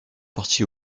partit